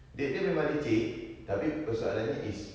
di~ dia memang leceh tapi persoalannya is